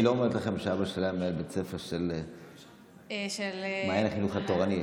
היא לא אומרת לכם שאבא שלה היה מנהל בית ספר של מעיין החינוך התורני,